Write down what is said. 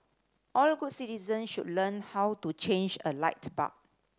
all good citizens should learn how to change a light bulb